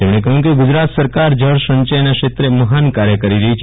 તેમણે કહ્યું હતું કે ગુજરાત સરકાર જળ સંચયના ક્ષેત્રે મહાન કાર્ય કરી રહી છે